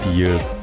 years